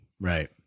right